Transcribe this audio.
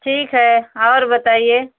ठीक है और बताइये